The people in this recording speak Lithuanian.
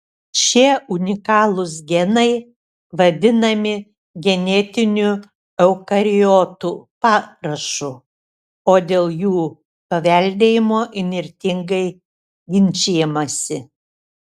šie unikalūs genai vadinami genetiniu eukariotų parašu o dėl jų paveldėjimo įnirtingai ginčijamasi